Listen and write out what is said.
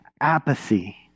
apathy